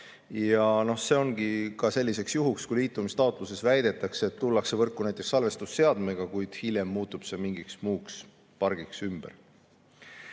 See ongi selliseks juhuks, kui liitumistaotluses väidetakse, et tullakse võrku näiteks salvestusseadmega, kuid hiljem see muutub mingiks muuks pargiks ümber.